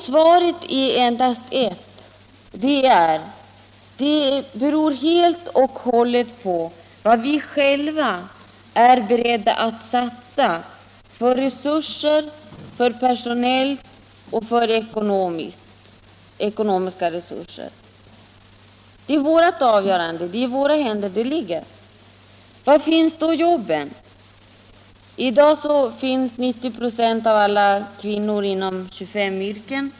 Svaret är endast ett: Det beror helt och hållet på vilka resurser vi själva är beredda att satsa, personellt och ekonomiskt. Det är vårt avgörande, det ligger i våra händer. Var finns då jobben? I dag finns 90 96 av alla kvinnor inom 25 yrken.